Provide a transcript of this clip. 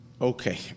Okay